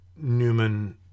Newman